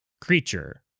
creature